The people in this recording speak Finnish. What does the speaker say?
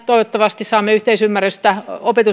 toivottavasti saamme yhteisymmärrystä